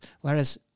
Whereas